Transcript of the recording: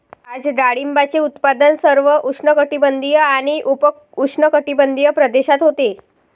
आज डाळिंबाचे उत्पादन सर्व उष्णकटिबंधीय आणि उपउष्णकटिबंधीय प्रदेशात होते